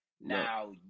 now